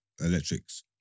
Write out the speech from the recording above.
electrics